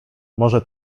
może